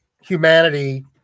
humanity